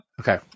okay